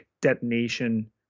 detonation